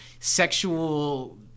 sexual